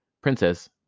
princess